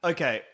Okay